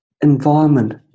environment